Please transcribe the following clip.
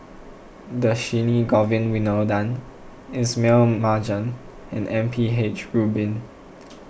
Dhershini Govin Winodan Ismail Marjan and M P H Rubin